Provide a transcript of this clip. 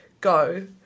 go